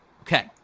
Okay